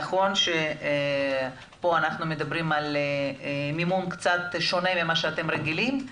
נכון שפה אנחנו מדברים על מימון קצת שונה ממה שאתם רגילים.